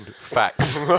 facts